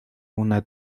una